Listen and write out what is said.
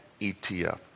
ETF